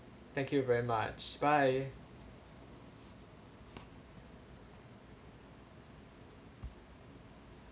thank you very much bye